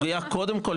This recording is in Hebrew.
קודם כל,